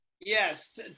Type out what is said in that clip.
yes